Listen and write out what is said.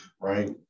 Right